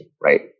right